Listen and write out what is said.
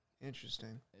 Interesting